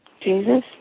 Jesus